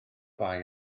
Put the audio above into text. bai